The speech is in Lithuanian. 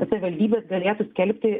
savaldybės galėtų skelbti